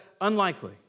unlikely